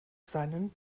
seinen